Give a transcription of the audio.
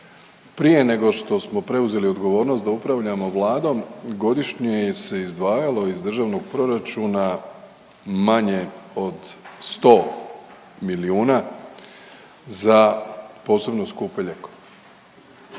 Prije nego što smo preuzeli odgovornost da upravljamo Vladom godišnje se je izdvajalo iz Državnog proračuna manje od 100 milijuna za posebno skupe lijekove.